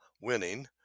winning